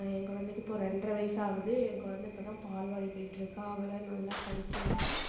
என் கொழந்தைக்கு இப்போது ரெண்ட்ரை வயசு ஆகுது என் கொழந்தை இப்போ தான் பால்வாடி போய்ட்ருக்கா அவளை நல்லா படிக்க வெச்சு